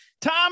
Tom